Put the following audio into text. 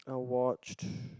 I watched